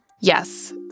Yes